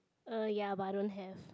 uh ya but I don't have